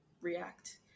react